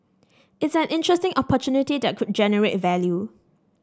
it's an interesting opportunity that could generate value